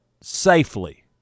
safely